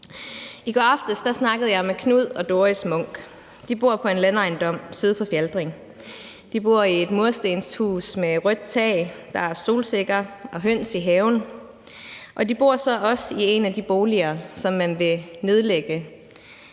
I går aftes snakkede jeg med Knud og Doris Munch. De bor på en landejendom syd for Fjaltring. De bor i et murstenshus med rødt tag, der er solsikker og høns i haven, og de bor så også i en af de boliger, som man vil nedlægge.